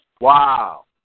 Wow